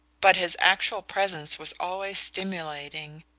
but his actual presence was always stimulating,